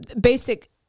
basic